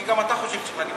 כי גם אתה חושב שצריך להגן